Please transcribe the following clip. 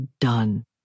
done